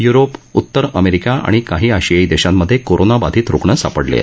Europe उत्तर America आणि काही आशियाई देशांमधे कोरोना बाधित रुग्ण सापडले आहेत